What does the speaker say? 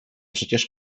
przecież